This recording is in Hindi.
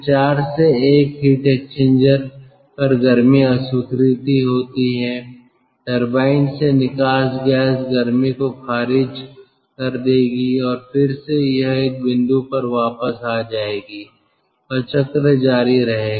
फिर 4 से 1 हीट एक्सचेंजर पर गर्मी अस्वीकृति होती है टरबाइन से निकास गैस गर्मी को खारिज कर देगी और फिर से यह एक बिंदु पर वापस आ जाएगी और चक्र जारी रहेगा